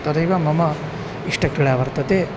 तदैव मम इष्टक्रीडा वर्तते